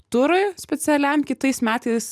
turui specialiam kitais metais